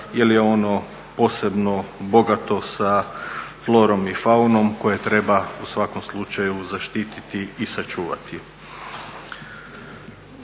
jer je ono posebno bogato sa florom i faunom koje treba u svakom slučaju zaštititi i sačuvati.